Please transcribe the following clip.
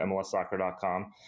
MLSsoccer.com